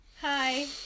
Hi